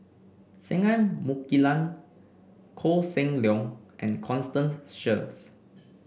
Singai Mukilan Koh Seng Leong and Constance Sheares